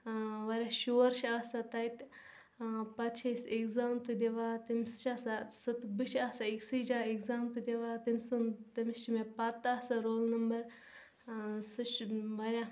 واریاہ شور چھِ آسان تَتہٕ پَتہٕ چھِ أسۍ اٮ۪گزام تہٕ دِوان تٔمۍ چھِ آسان سُہ تہٕ بہٕ چھِ آسان أکۍسٕے جایہِ اٮ۪گزام تہٕ دِوان تٔمۍ سُنٛد تٔمِس چھِ مےٚ پَتہٕ آسان رول نمبر سُہ چھِ واریاہ